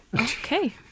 okay